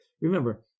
Remember